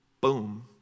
Boom